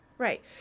Right